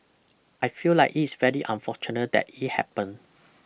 I feel like it's very unfortunate that it happened